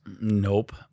Nope